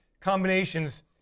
combinations